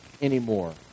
anymore